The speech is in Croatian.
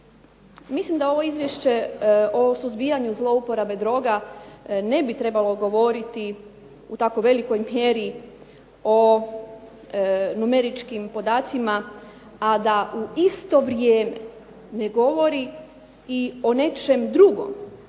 mislim da ovo Izvješće o suzbijanju zlouporabe droga ne bi trebalo govoriti u tako velikoj mjeri o numeričkim podacima, a da u isto vrijeme ne govori i o nečem drugom,